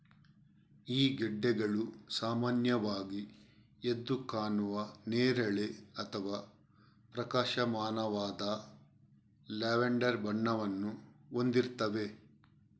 ಈ ಗೆಡ್ಡೆಗಳು ಸಾಮಾನ್ಯವಾಗಿ ಎದ್ದು ಕಾಣುವ ನೇರಳೆ ಅಥವಾ ಪ್ರಕಾಶಮಾನವಾದ ಲ್ಯಾವೆಂಡರ್ ಬಣ್ಣವನ್ನು ಹೊಂದಿರ್ತವೆ